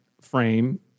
frame